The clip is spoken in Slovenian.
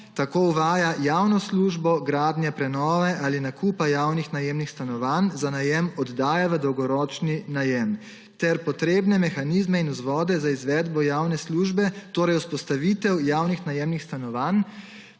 uvaja javno službo gradnje, prenove ali nakupa javnih najemnih stanovanj za najem, oddaje v dolgoročni najem ter potrebne mehanizme in vzvode za izvedbo javne službe, torej vzpostavitev javnih najemnih stanovanj,